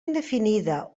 indefinida